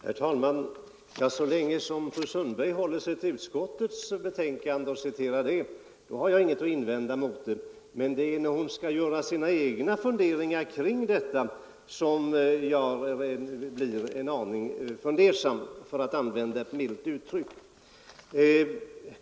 Herr talman! Så länge som fru Sundberg håller sig till utskottets betänkande och citerar det har jag inget att invända. Men när hon gör sina egna funderingar kring detta blir jag en aning fundersam -— för att använda ett milt uttryck.